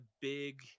big